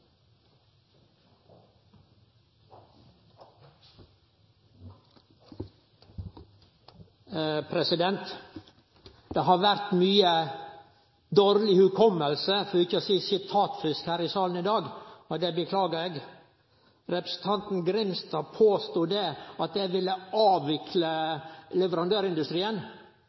Det har vore mykje dårleg hugs, for ikkje å seie sitatfusk her i salen i dag, og det beklagar eg. Representanten Grimstad påstod at eg ville avvikle leverandørindustrien.